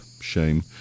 shame